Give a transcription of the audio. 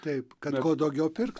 taip kad kuo daugiau pirktų